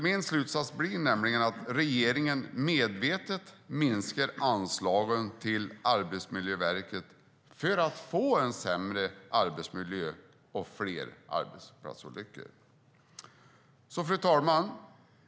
Min slutsats blir då att regeringen medvetet minskar anslagen till Arbetsmiljöverket för att få en sämre arbetsmiljö och fler arbetsplatsolyckor. Fru talman!